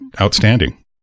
outstanding